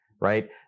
right